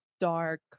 dark